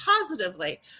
positively